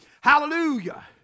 hallelujah